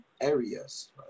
areas